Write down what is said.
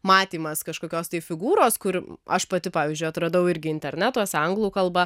matymas kažkokios tai figūros kur aš pati pavyzdžiui atradau irgi internetuose anglų kalba